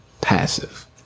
Passive